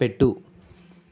పెట్టు